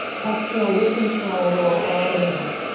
exhale with control, lower all the way down.